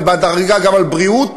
ובהדרגה גם על בריאות,